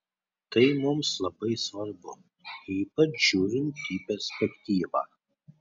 tai mums labai svarbu ypač žiūrint į perspektyvą